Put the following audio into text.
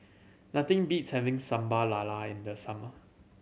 nothing beats having Sambal Lala in the summer